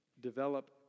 develop